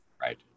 Right